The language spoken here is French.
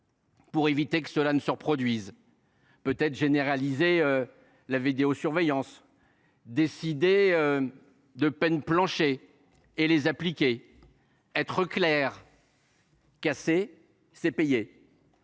pour éviter que cela ne se reproduise, peut être généraliser la vidéosurveillance, décider de peines planchers, les appliquer et être clair : casser, c’est payer